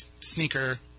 sneaker